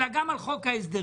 אלא גם על חוק ההסדרים